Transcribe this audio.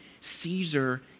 Caesar